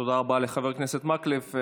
תודה רבה לחבר הכנסת מקלב.